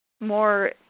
more